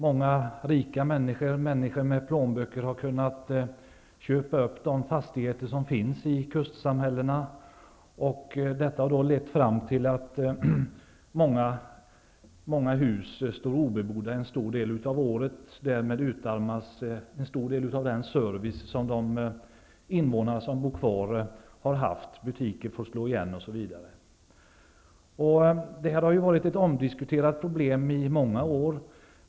Många rika människor har kunnat köpa upp de fastigheter som finns i kustsamhällena. Detta har lett till att många hus står obebodda en stor del av året. Därmed utarmas den service som de fast boende har haft: butiker får slå igen osv. Detta har varit ett omdiskuterat problem i många år.